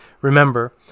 Remember